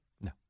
No